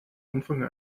anfang